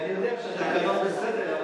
אני יודע שהתקנון בסדר,